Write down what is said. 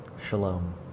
Shalom